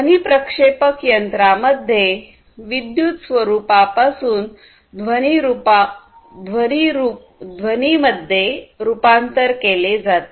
ध्वनि प्रक्षेपक यंत्रांमध्ये विद्युत स्वरूपापासून ध्वनी मध्ये रूपांतर केले जाते